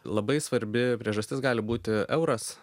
labai svarbi priežastis gali būti euras